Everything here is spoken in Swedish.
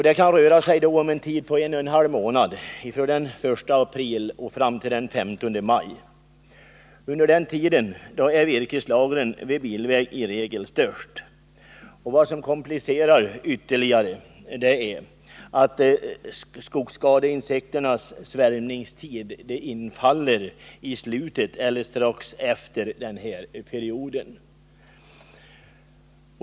Det kan röra sig om en tid på en och en halv månad, från den 1 april fram till den 15 maj. Under den tiden är virkeslagren vid bilväg i regel störst, och vad som ytterligare komplicerar situationen är att skogsskadeinsekternas svärmningstid infaller i slutet av eller strax efter den här perioden.